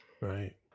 Right